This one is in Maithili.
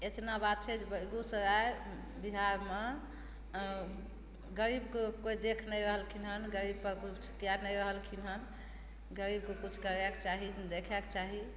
एतना बात छै जे बेगूसराय बिहारमे गरीबके कोइ देखय नहि रहलखिन हन गरीबके किछु कए नहि रहलखिन हन गरीबके किछु करयके चाही देखयके चाही